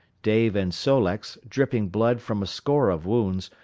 dave and sol-leks, dripping blood from a score of wounds,